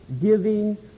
giving